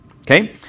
okay